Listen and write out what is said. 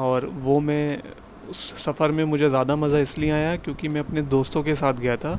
اور وہ میں اس سفر میں مجھے زیادہ مزہ اس لیے آیا کیونکہ میں اپنے دوستوں کے ساتھ گیا تھا